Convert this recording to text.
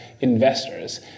investors